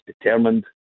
determined